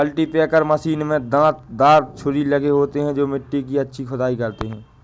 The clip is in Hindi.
कल्टीपैकर मशीन में दांत दार छुरी लगे होते हैं जो मिट्टी की अच्छी खुदाई करते हैं